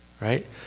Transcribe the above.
right